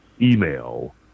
email